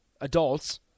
adults